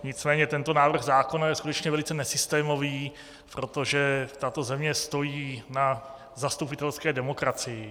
Nicméně tento návrh zákona je skutečně velice nesystémový, protože tato země stojí na zastupitelské demokracii.